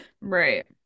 Right